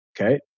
Okay